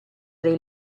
dei